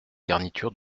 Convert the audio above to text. garniture